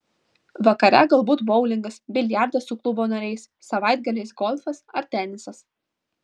vakare galbūt boulingas biliardas su klubo nariais savaitgaliais golfas ar tenisas